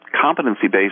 competency-based